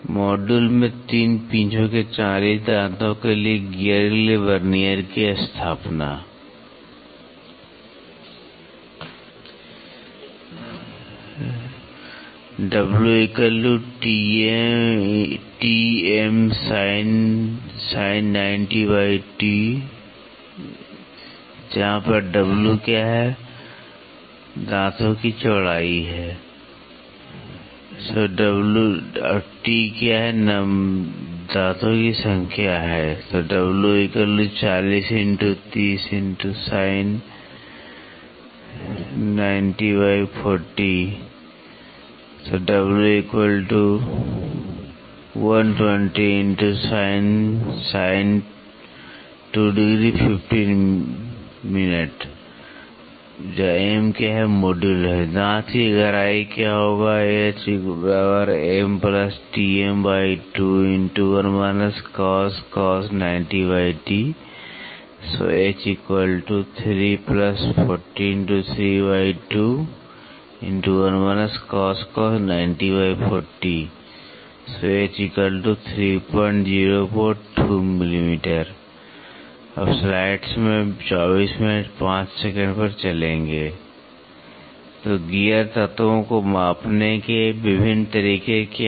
module 3 पिचों के 40 दांतों वाले गियर के लिए वर्नियर की स्थापना w width of teeth T no of teeth m module दांत की गहराई h m h 3 h 3042 mm तो गियर तत्वों को मापने के विभिन्न तरीके क्या हैं